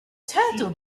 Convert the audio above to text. turtle